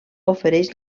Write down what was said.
ofereix